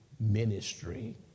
ministry